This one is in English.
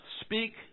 speak